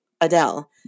Adele